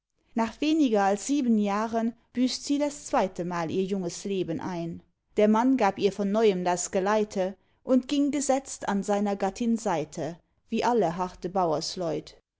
nach weniger als sieben jahren büßt sie das zweite mal ihr junges leben ein der mann gab ihr vom neuen das geleite und ging gesetzt an seiner gattin seite wie alle harte